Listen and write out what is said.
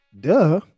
Duh